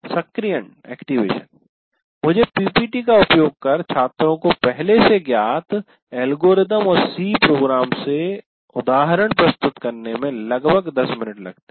सक्रियण मुझे पीपीटी का उपयोग कर छात्रों को पहले से ज्ञात एल्गोरिदम और सी प्रोग्राम से उदाहरण प्रस्तुत करने में लगभग 10 मिनट लगते हैं